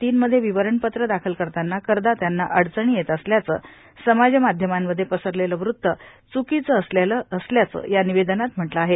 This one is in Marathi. तीन मध्ये विवरणपत्र दाखल करताना करदात्यांना अडचणी येत असल्याचं समाजमाध्यमांमध्ये पसरलेलं वृत्त च्कीचं असल्याचं या निवेदनात म्हटलं आहे